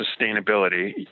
sustainability